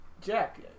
Jack